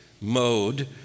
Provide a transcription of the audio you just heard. mode